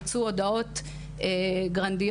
יצאו הודעות גרנדיוזיות,